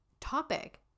topic